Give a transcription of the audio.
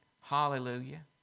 Hallelujah